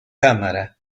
cámara